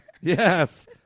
Yes